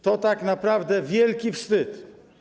To tak naprawdę wielki wstyd.